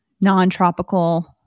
non-tropical